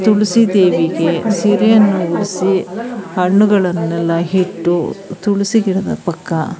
ತುಳಸಿ ದೇವಿಗೆ ಸೀರೆಯನ್ನು ಉಡಿಸಿ ಹಣ್ಣುಗಳನ್ನೆಲ್ಲ ಹಿಟ್ಟು ತುಳಸಿ ಗಿಡದ ಪಕ್ಕಾ